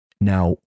Now